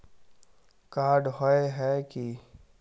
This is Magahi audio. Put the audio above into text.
कार्ड होय है की?